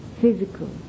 physical